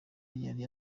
yari